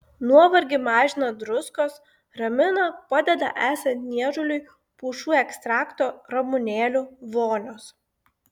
nuovargį mažina druskos ramina padeda esant niežuliui pušų ekstrakto ramunėlių vonios